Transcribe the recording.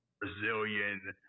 Brazilian